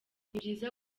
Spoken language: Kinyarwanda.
nibyiza